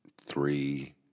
three